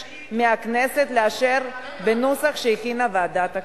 מהכנסת לאשרן בנוסח שהכינה ועדת הכנסת.